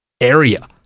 area